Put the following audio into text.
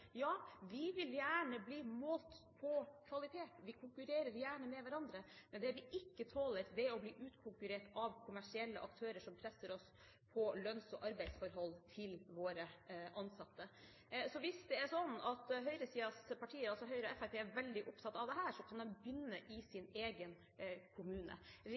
Ja, vi vil gjerne bli målt på kvalitet, vi konkurrerer gjerne med hverandre, men det vi ikke tåler, er å bli utkonkurrert av kommersielle aktører som presser oss på de ansattes lønns- og arbeidsforhold. Så hvis det er slik at høyresidens partier, altså Høyre og Fremskrittspartiet, er veldig opptatt av dette, kan de begynne i